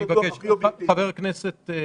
חבר הכנסת ברקת,